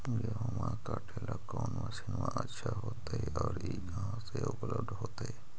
गेहुआ काटेला कौन मशीनमा अच्छा होतई और ई कहा से उपल्ब्ध होतई?